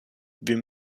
wir